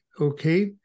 okay